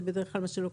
זה בדרך כלל מה שלוקח.